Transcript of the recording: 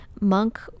Monk